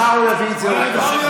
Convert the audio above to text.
מחר הוא יביא את זה עוד פעם.